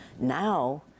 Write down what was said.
now